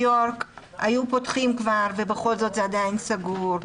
יורק היו פותחים כבר ובכל זאת זה עדיין סגור.